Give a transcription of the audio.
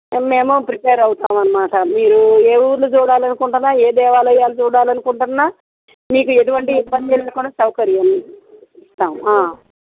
మేము ప్రిపేర్ అవుతాము అన్నమాట మీరు ఏ ఊరుని చూడాలి అనుకుంటున్నా ఏ దేవాలయాలు చూడాలి అనుకుంటున్నా మీకు ఎటువంటి ఇబ్బంది లేకుండా సౌకర్యం ఇస్తాము